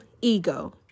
ego